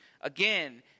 again